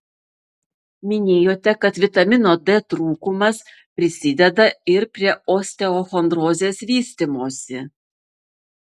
minėjote kad vitamino d trūkumas prisideda ir prie osteochondrozės vystymosi